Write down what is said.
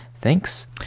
Thanks